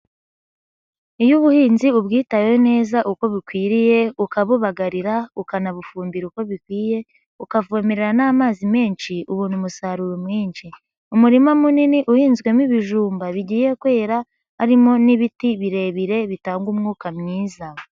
Iyo ubuhinzi ubwitayeho neza uko bikwiriye, ukabubagarira ukanabufumbira uko bikwiye, ukavomerera n'amazi menshi, ubona umusaruro mwinshi. Umurima munini uhinzwemo ibijumba bigiye kwera, harimo n'ibiti birebire bitanga umwuka mwiza.